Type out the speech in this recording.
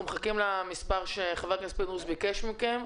אנחנו מחכים לדעת את המספר שחבר הכנסת פינדרוס ביקש מכם.